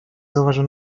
zauważył